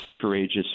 courageous